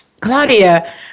claudia